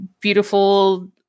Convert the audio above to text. beautiful